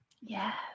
Yes